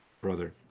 brother